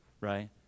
right